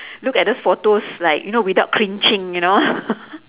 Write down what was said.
look at those photos like you know without cringing you know